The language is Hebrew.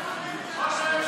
להצביע.